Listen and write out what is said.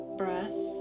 breath